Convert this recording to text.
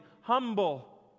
Humble